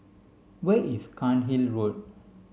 where is Cairnhill Road